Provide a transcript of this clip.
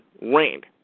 rained